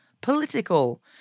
political